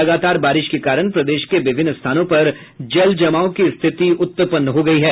लगातार बारिश के कारण प्रदेश के विभिन्न स्थानों पर जलजमाव की स्थिति उत्पन्न हो गयी है